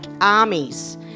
armies